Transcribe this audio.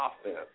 offense